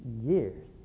years